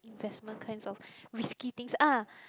investment kinds of risky things ah